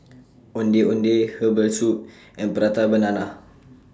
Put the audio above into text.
Ondeh Ondeh Herbal Soup and Prata Banana